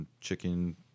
chicken